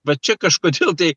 vat čia kažkodėl tai